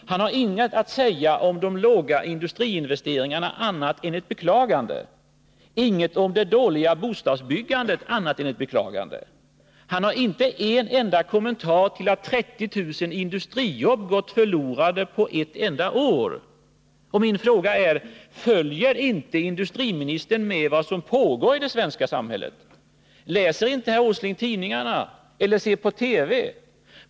Han har ingenting annat att komma med om de låga industriinvesteringarna än ett beklagande, inget annat om det dåliga bostadsbyggandet än ett beklagande. Han har inte en enda kommentar till att 30 000 industrijobb gått förlorade på ett enda år! Min fråga är: Följer inte industriministern med vad som pågår i det svenska samhället? Läser inte herr Åsling tidningarna eller ser på TV?